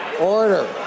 Order